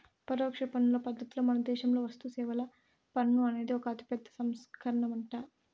పరోక్ష పన్నుల పద్ధతిల మనదేశంలో వస్తుసేవల పన్ను అనేది ఒక అతిపెద్ద సంస్కరనంట